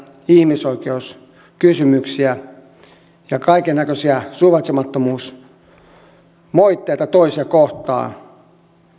ihmisoikeuskysymyksiä ja kaikennäköisiä suvaitsemattomuusmoitteita toisia kohtaan